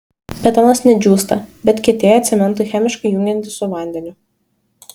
betonas ne džiūsta bet kietėja cementui chemiškai jungiantis su vandeniu